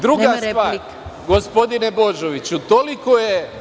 Druga stvar, gospodine Božoviću, toliko je…